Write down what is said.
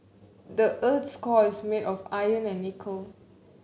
the earth's core is made of iron and nickel